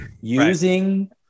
using